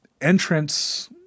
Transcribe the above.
entrance